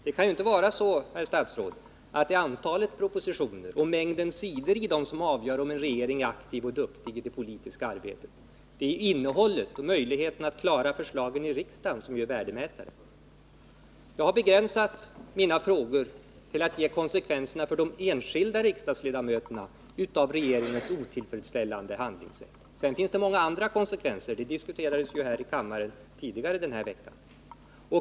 Det kan ju inte vara så, herr statsråd, att det är antalet propositioner och mängden sidor i dem som avgör om en regering är aktiv och duktig i det politiska arbetet. Det är innehållet och förmågan att klara förslagen i riksdagen som är värdemätare. Jag har begränsat mina frågor till konsekvenserna för de enskilda riksdagsledamöterna av regeringens otillfredsställande handlingssätt. Sedan finns det många andra konsekvenser — de diskuterades här i kammaren tidigare under veckan.